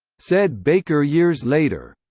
said baker years later.